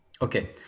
Okay